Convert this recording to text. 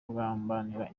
kugambanira